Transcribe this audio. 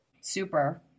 Super